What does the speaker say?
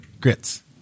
Grits